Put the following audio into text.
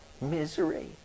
misery